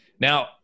now